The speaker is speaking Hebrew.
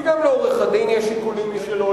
כי גם לעורך-הדין יש שיקולים משלו,